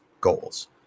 goals